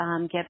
get